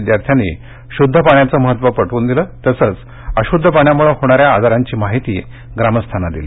विद्यार्थ्यांनी शुध्द पाण्याचं महत्त्व पटवून दिलं तसंच अशुद्ध पाण्यामुळे होणाऱ्या आजारांची माहिती ग्रामस्थांना दिली